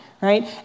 right